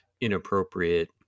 inappropriate